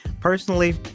personally